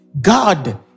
God